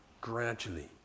gradually